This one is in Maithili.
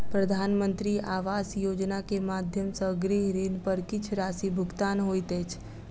प्रधानमंत्री आवास योजना के माध्यम सॅ गृह ऋण पर किछ राशि भुगतान होइत अछि